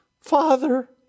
Father